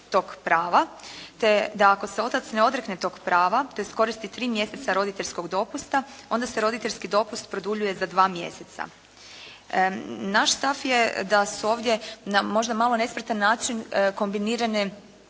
te da ako se otac ne odrekne tog prave, te iskoristi 3 mjeseca roditeljskog dopusta, onda se roditeljski dopust produljuje za 2 mjeseca. Naš stav je da su ovdje na možda malo nespretan način kombinirane